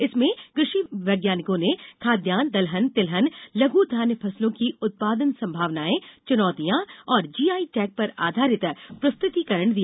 इसमें कृषि वैज्ञानिकों ने खाद्यान्न दलहन तिलहन लघ् धान्य फसलों की उत्पादन संभावनाएं चुनौतियां और जीआई टैग पर आधारित प्रस्तुतिकरण दिया